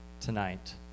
tonight